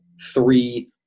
three